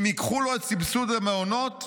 אם ייקחו לו את הסבסוד למעונות,